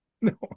No